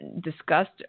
discussed